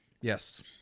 Yes